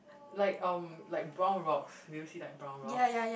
like um like brown rocks do you see like brown rocks